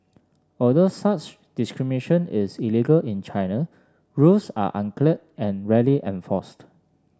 although such discrimination is illegal in China rules are unclear and rarely enforced